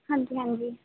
ਹਾਂਜੀ ਹਾਂਜੀ